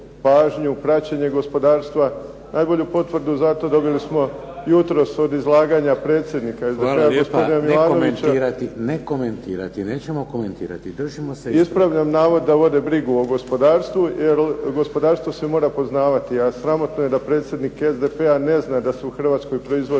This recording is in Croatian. praćenje gospodarstva, najbolju potvrdu za to dobili smo jutros od izlaganja predsjednika SDP-a, gospodina Milanovića. **Šeks, Vladimir (HDZ)** Hvala lijepo. Ne komentirati. Nećemo komentirati. Držimo se ispravka. **Huška, Davor (HDZ)** Ispravljam navod da vode brigu o gospodarstvu jer gospodarstvo se mora poznavati, a sramotno je da predsjednik SDP-a ne zna da se u Hrvatskoj proizvode